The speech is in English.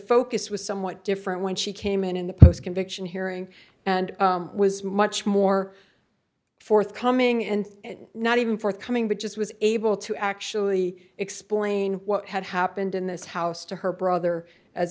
focus was somewhat different when she came in in the post conviction hearing and was much more forthcoming and not even forthcoming but just was able to actually explain what had happened in this house to her brother as